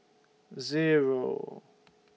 Zero